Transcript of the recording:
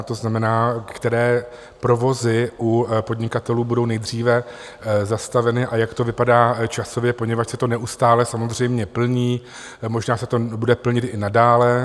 To znamená, které provozy u podnikatelů budou nejdříve zastaveny a jak to vypadá časově, protože se to neustále samozřejmě plní, možná se to bude plnit i nadále?